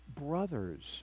Brothers